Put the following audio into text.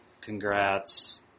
congrats